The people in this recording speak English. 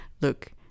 Look